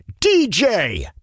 DJ